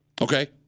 Okay